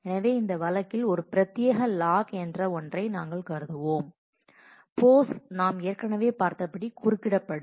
எனவே இந்த வழக்கில் ஒரு பிரத்யேக லாக்என்ற ஒன்றை நாங்கள் கருதுவோம் போஸ்ட்ஸ் நாம் ஏற்கனவே பார்த்தபடி குறுக்கிடப்படும்